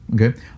Okay